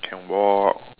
can walk